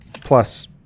Plus